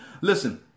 Listen